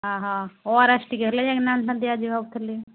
ହଁ ହଁ O R S ଟିକେ ହେଲେ ଯାଇକିନା ଆଣିଥାନ୍ତି ଆଜି ଭାବୁଥିଲି